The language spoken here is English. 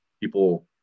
People